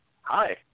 hi